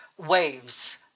waves